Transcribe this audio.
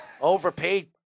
overpaid